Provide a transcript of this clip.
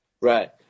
Right